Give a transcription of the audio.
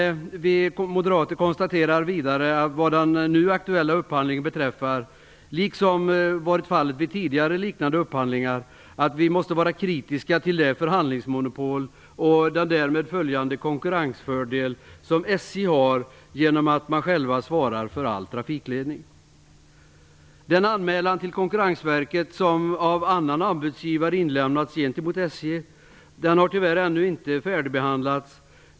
Vidare konstaterar vi moderater att vad den nu aktuella upphandlingen beträffar, liksom varit fallet vid liknande upphandlingar tidigare, måste vi vara kritiska till det förhandlingsmonopol och den därmed följande konkurrensfördel som SJ har genom att SJ självt svarar för all trafikledning. Den anmälan till Konkurrensverket som av annan anbudsgivare inlämnats mot SJ är, tyvärr, ännu inte färdigbehandlad.